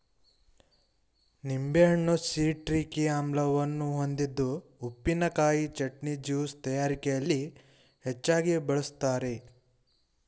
ನಿಂಬೆಹಣ್ಣು ಸಿಟ್ರಿಕ್ ಆಮ್ಲವನ್ನು ಹೊಂದಿದ್ದು ಉಪ್ಪಿನಕಾಯಿ, ಚಟ್ನಿ, ಜ್ಯೂಸ್ ತಯಾರಿಕೆಯಲ್ಲಿ ಹೆಚ್ಚಾಗಿ ಬಳ್ಸತ್ತರೆ